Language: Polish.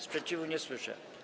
Sprzeciwu nie słyszę.